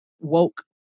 woke